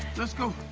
let's go.